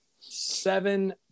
seven